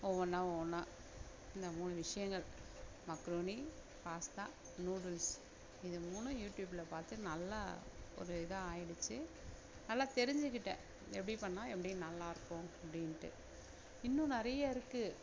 ஒவ்வொன்றா ஒவ்வொன்றா இந்த மூணு விஷயங்கள் மக்ருனி பாஸ்த்தா நூடுல்ஸ் இது மூணும் யூடியூபில் பார்த்து நல்லா ஒரு இதாக ஆகிடுச்சி நல்லா தெரிஞ்சுக்கிட்டேன் எப்படி பண்ணா எப்படி நல்லாயிருக்கும் அப்படின்ட்டு இன்னும் நிறைய இருக்கு